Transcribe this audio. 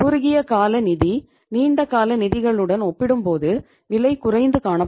குறுகிய கால நிதி நீண்ட கால நிதிகளுடன் ஒப்பிடும்போது விலை குறைந்து காணப்படும்